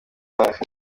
hafi